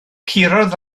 curodd